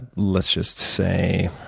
let's just say,